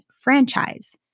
franchise